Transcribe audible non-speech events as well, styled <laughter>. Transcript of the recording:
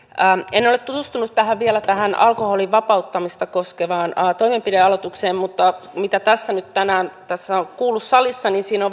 en ole tutustunut vielä tähän alkoholin vapauttamista koskevaan toimenpidealoitteeseen mutta mitä tässä nyt tänään on kuullut salissa niin siinä <unintelligible>